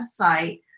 website